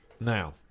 Now